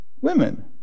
women